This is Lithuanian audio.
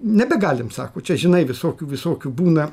nebegalim sako čia žinai visokių visokių būna